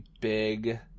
big